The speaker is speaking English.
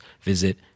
visit